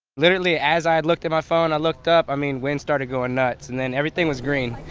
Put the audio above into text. literally as i i looked at my phone, i looked up i mean when started going nuts and then everything was green.